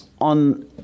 on